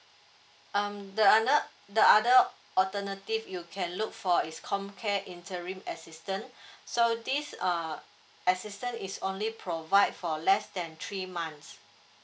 um the other the other alternative you can look for is comcare interim assistance so this err assistance is only provide for less than three months